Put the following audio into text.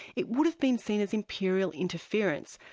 it would have been seen as imperial interference,